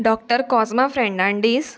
doctor Cosma Fernandes